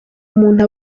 umuntu